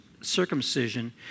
circumcision